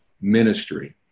ministry